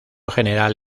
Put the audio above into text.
general